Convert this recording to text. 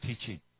teaching